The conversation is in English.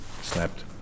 snapped